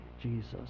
Jesus